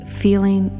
feeling